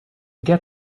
get